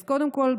אז קודם כול,